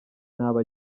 ntaba